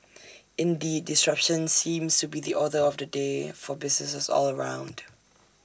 indeed disruption seems to be the order of the day for businesses all round